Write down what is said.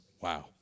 Wow